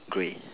grey